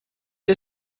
sie